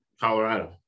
Colorado